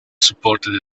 supported